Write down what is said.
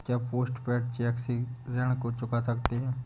क्या post paid cheque से ऋण को चुका सकते हैं?